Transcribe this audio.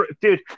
Dude